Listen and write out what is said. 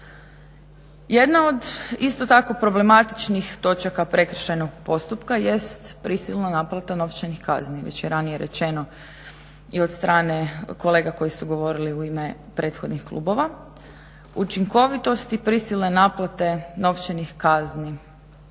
Jedna od isto tako problematičnih točaka prekršajnog postupka jest prisilna naplata novčanih kazni. Već je ranije rečeno i od strane kolega koji su govorili u ime prethodnih klubova, učinkovitost prisilne naplate novčanih kazni